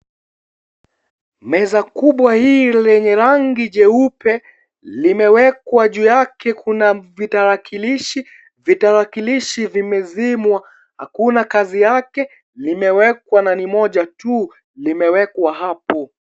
Meza kubwa hii lenye rangi jeupe limewekwa juu yake kuna vitarakilishi , vitarakilishi vimezimwa hakuna kazi yake limewekwa na ni moja tu limewekwa hapo.